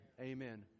Amen